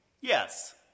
Yes